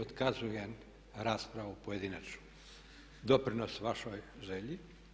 Otkazujem raspravu pojedinačnu, doprinos vašoj želji.